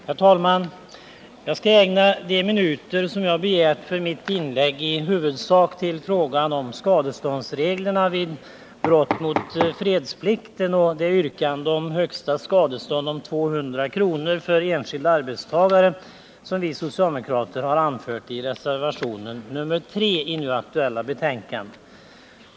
Herr talman! Jag skall i huvudsak ägna de minuter som jag begärt för mitt inlägg till frågan om skadeståndsreglerna vid brott mot fredsplikten och det yrkande om ett högsta skadestånd om 200 kr. för enskild arbetstagare som vi socialdemokrater framfört i reservation nr 3 till det nu aktuella betänkandet.